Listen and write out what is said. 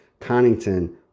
Connington